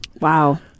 Wow